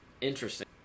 interesting